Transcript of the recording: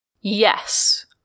Yes